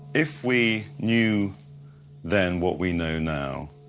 if we knew then what we know now,